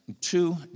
two